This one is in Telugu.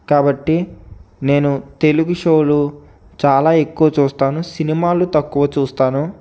కాబట్టి నేను తెలుగు షోలు చాలా ఎక్కువ చూస్తాను సినిమాలు తక్కువ చూస్తాను